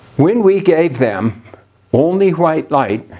when we gave them only white light,